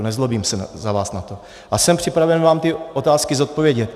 Nezlobím se na vás za to a jsem připraven vám tyto otázky zodpovědět.